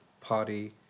party